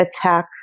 attack